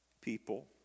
people